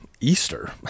Easter